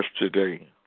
yesterday